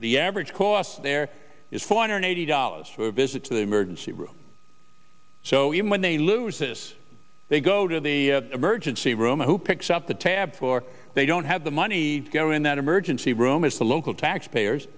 the average cost there is four hundred eighty dollars for a visit to the emergency room so even when they lose this they go to the emergency room who picks up the tab for they don't have the money to go in that emergency room is the local taxpayers